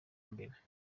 mbere